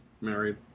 married